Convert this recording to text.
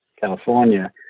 California